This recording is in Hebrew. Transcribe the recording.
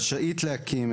רשאית להקים,